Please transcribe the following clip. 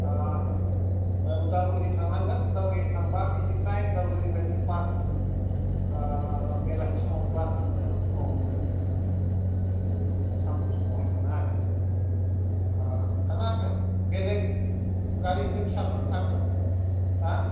उदालगुरिसिम थांनांगोन उदालगुरि थांब्ला बिनिफ्राय उदालगुरिनिफ्राय नों बास गंसे बेलासि समाव बास मोनो फुङाव मोनो खिन्थु सामफु समावहाय मोना आरो थांनो हागोन बेलेग गारि फिसाफोरबो थाङो हा